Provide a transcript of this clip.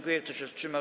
Kto się wstrzymał?